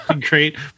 great